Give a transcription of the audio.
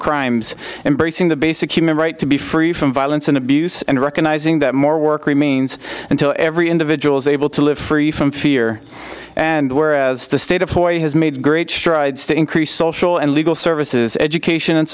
crimes embracing the basic human right to be free from violence and abuse and recognizing that more work remains until every individuals able to live free from fear and whereas the state of hawaii has made great strides to increase social and legal services education and